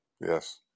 Yes